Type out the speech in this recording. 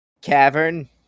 Cavern